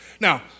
Now